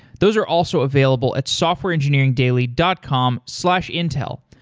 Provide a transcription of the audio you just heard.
those are also available at softwareengineeringdaily dot com slash intel.